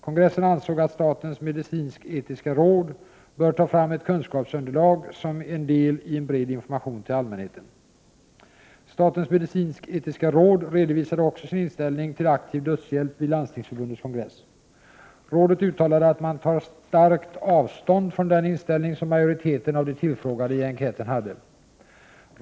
Kongressen ansåg att statens medicinsk-etiska råd bör ta fram ett kunskapsunderlag som en delien bred information till allmänheten. Statens medicinsk-etiska råd redovisade också sin inställning till aktiv dödshjälp vid Landstingsförbundets kongress. Rådet uttalade att man tar starkt avstånd från den inställning som majoriteten av de tillfrågade i enkäten hade.